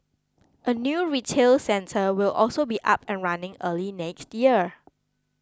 a new retail centre will also be up and running early next year